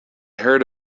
heard